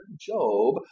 Job